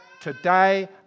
today